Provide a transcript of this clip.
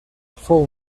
fou